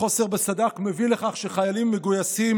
החוסר בסד"כ מביא לכך שחיילים מגויסים